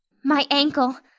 my ankle,